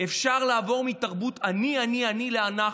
אפשר לעבור מתרבות "אני אני אני" ל"אנחנו".